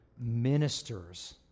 ministers